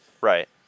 Right